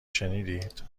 شنیدید